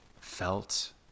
felt